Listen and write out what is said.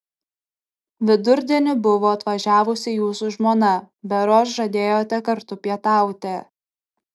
vidurdienį buvo atvažiavusi jūsų žmona berods žadėjote kartu pietauti